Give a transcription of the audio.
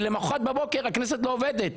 ולמחרת בבוקר הכנסת לא עובדת.